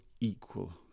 equal